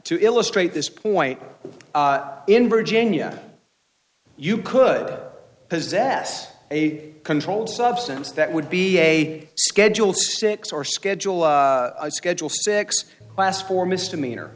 to illustrate this point in virginia you could possess a controlled substance that would be a schedule six or schedule a schedule six class four misdemeanor